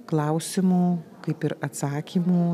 klausimų kaip ir atsakymų